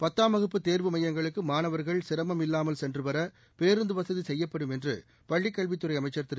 பத்தாம் வகுப்பு தேர்வு மையங்களுக்கு மாணவர்கள் சிரமம் இல்லாமல் சென்றுவர பேருந்து வசதி செய்யப்படும் என்று பள்ளிக்கல்வித்துறை அமைச்சள் திரு